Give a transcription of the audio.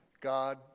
God